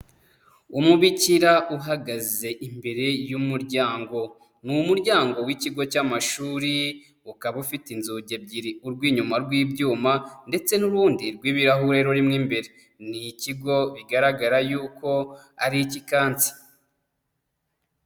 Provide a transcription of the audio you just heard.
Umubikira uhagaze imbere y'umuryango. Ni umuryango w'ikigo cy'amashuri, ukaba ufite inzugi ebyiri urw'inyuma rw'ibyuma ndetse n'urundi rw'ibirahure rurimo imbere. Ni ikigo bigaragara yuko ari ik'i Kansi.